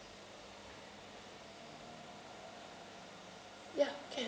ya can